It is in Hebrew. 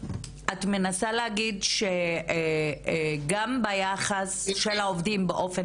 את מנסה להגיד שגם ביחס של העובדים באופן